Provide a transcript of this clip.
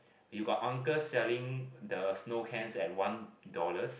you got uncles selling the snow cans at one dollars